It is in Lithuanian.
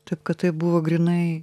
taip kad tai buvo grynai